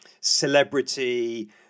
celebrity